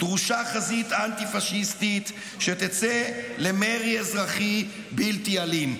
דרושה חזית אנטי-פשיסטית שתצא למרי אזרחי בלתי אלים.